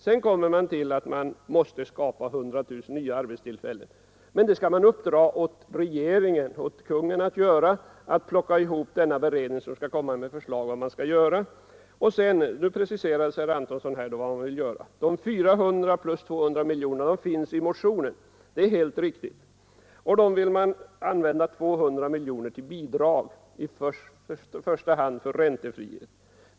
Sedan kommer man fram till att det måste skapas 100000 nya arbetstillfällen, men man skall uppdra åt Kungl. Maj:t att plocka ihop den beredning som skall komma med förslag med lösningar. Nu preciserar herr Antonsson vad som bör göras: de 400 plus de 200 miljonerna finns upptagna i motionen 1459 — detta är helt riktigt — och då vill man använda 200 miljoner till bidrag, i första hand räntefria pengar.